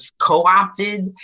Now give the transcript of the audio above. co-opted